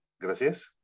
Gracias